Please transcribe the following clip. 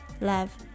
love